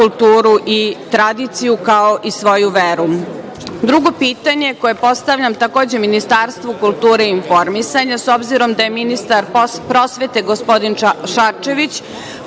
kulturu i tradiciju kao i svoju veru? Drugo pitanje koje postavljam, takođe Ministarstvu kulturi i informisanja, s obzirom da je ministar prosvete, gospodin Šarčević,